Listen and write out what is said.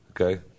Okay